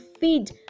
feed